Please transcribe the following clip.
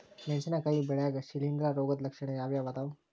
ಮೆಣಸಿನಕಾಯಿ ಬೆಳ್ಯಾಗ್ ಶಿಲೇಂಧ್ರ ರೋಗದ ಲಕ್ಷಣ ಯಾವ್ಯಾವ್ ಅದಾವ್?